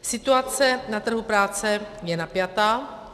Situace na trhu práce je napjatá.